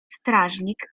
strażnik